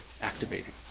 activating